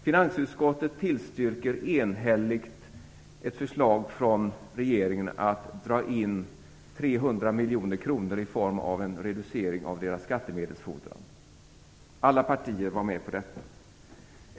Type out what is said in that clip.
Finansutskottet tillstyrker enhälligt ett förslag från regeringen om att dra in 300 miljoner kronor i form av en reducering av en skattemedelsfordran. Alla partier var med på detta.